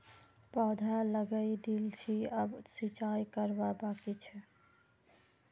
पौधा लगइ दिल छि अब सिंचाई करवा बाकी छ